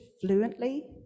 fluently